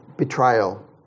Betrayal